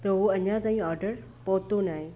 त उहो अञा ताईं ऑडर पहुतो न आहे